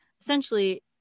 essentially